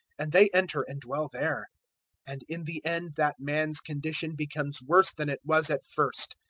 and they enter and dwell there and in the end that man's condition becomes worse than it was at first.